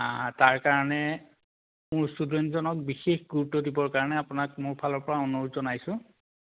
তাৰ কাৰণে মোৰ ষ্টুডেণ্টজনক বিশেষ গুৰুত্ব দিবৰ কাৰণে আপোনাক মোৰ ফালৰ পৰা অনুৰোধ জনাইছোঁ